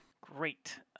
Great